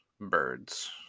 birds